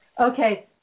Okay